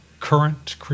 Current